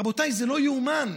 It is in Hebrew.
רבותיי, זה לא ייאמן.